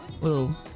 little